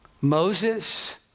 Moses